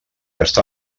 està